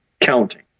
counting